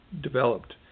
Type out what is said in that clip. developed